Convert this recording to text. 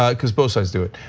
ah cuz both sides do it.